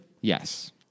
Yes